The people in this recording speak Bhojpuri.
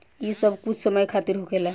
ई बस कुछ समय खातिर होखेला